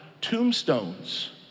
tombstones